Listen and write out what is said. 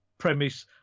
premise